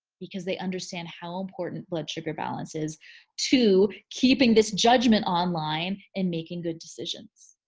because they understand how important blood sugar balance is to keeping this judgment online and making good decisions.